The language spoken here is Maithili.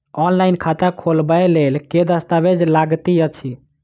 ऑनलाइन खाता खोलबय लेल केँ दस्तावेज लागति अछि?